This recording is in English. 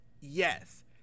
yes